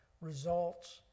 results